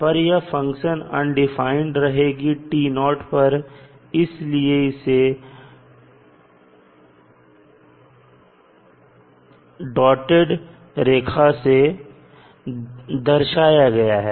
पर यह function undefined रहेगी पर इसलिए इसे डॉटेड रेखा से दर्शाया गया है